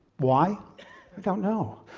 why? we don't know.